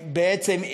בעצם,